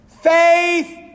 faith